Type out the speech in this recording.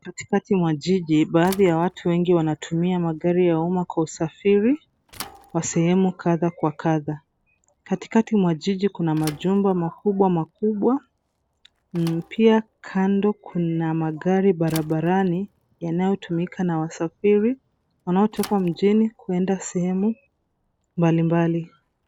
Katikati mwa jiji, baadhi ya watu wengi wanatumia magari ya umma kwa usafiri wa sehemu kadha kwa kadha. Katikati mwa jiji, kuna majumba makubwa, na pia kando kuna magari barabarani, yanayotumika na wasafiri wanaotoka mjini kwenda sehemu mbalimbali.